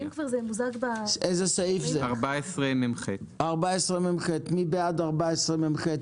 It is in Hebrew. אנחנו מצביעים על סעיף 14מח. מי בעד אישור סעיף 14מח?